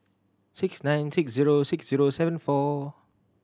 six nine six zero six zero seven four